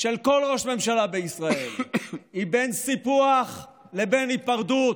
של כל ראש ממשלה בישראל היא בין סיפוח לבין היפרדות,